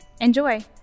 enjoy